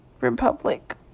republic